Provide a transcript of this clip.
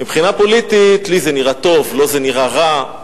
מבחינה פוליטית לי זה נראה טוב, לו זה נראה רע,